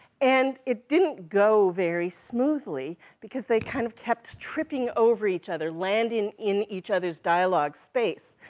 and it didn't go very smoothly, because they kind of kept tripping over each other, landing in each other's dialogue space.